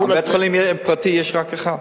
בית-חולים פרטי יש רק אחד.